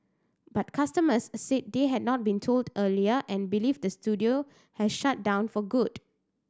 but customers said they had not been told earlier and believe the studio has shut down for good